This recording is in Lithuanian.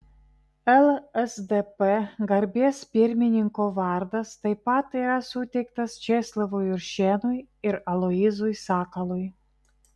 lsdp garbės pirmininko vardas taip pat yra suteiktas česlovui juršėnui ir aloyzui sakalui